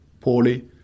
poorly